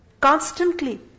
constantly